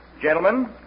Gentlemen